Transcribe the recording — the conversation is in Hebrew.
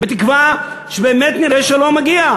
בתקווה שבאמת נראה שלום מגיע.